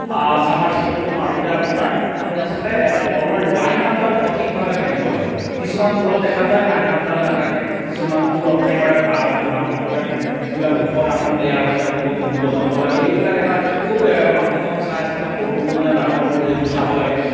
চামাৰচেবুলটো মাৰোঁতে আপোনাৰ আপুনি আচলতে এটা তলৰ লাইন আপডাল সঠিকভাৱে থাকিব লাগে কিছুমান পুলত দেখা যায় লাইন আপডাল নাথাকে কিছুমান পুল একেবাৰে বাম হয় বাম হোৱা কাৰণে যিবিলাক ওখ ডাঙৰ প্লেয়াৰ হয় তেওঁলোকৰ মূৰ পৰ্যন্ত লাগে এইবিলাক এটা খূুব মানুহজন চাই আচলতে সৰু পুল নে ডাঙৰ পুল সেইবোৰ চাব লাগে